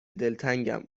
دلتنگم